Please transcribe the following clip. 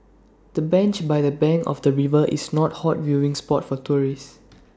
the bench by the bank of the river is not hot viewing spot for tourists